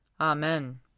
Amen